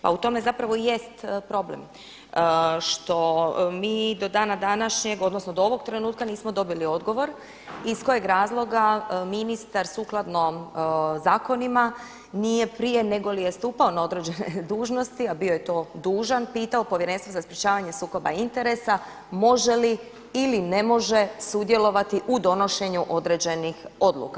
Pa u tome zapravo jest problem što mi do dana današnjeg odnosno do ovog trenutka nismo dobili odgovor iz kojeg razloga ministar sukladno zakonima nije prije nego li je stupao na određene dužnosti, a bio je to dužan pitao Povjerenstvo za sprečavanje sukoba interesa, može li ili ne može sudjelovati u donošenju određenih odluka.